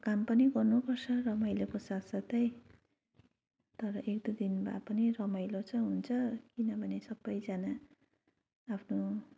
अब काम पनि गर्नुपर्छ रमाइलोको साथ साथै तर एक दुई दिन भए पनि रमाइलो चाहिँ हुन्छ किनभने सबैजना आफ्नो